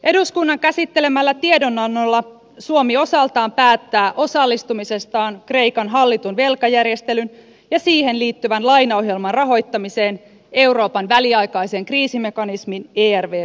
eduskunnan käsittelemällä tiedonannolla suomi osaltaan päättää osallistumisestaan kreikan hallitun velkajärjestelyn ja siihen liittyvän lainaohjelman rahoittamiseen euroopan väliaikaisen kriisimekanismin ervvn kautta